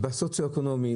בצורה שהיא פחות טכנולוגית.